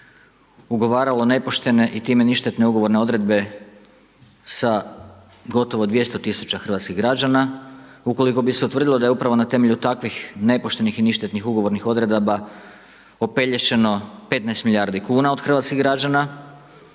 ugovaralo nepoštene i time ništetne ugovorne odredbe sa gotovo 200 tisuća hrvatskih građana ukoliko bi se utvrdilo da je upravo na temelju takvih nepoštenih i ništetnih ugovornih odredaba opelješeno 15 milijardi kuna od hrvatskih građana